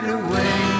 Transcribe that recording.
away